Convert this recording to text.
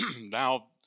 now